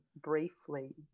briefly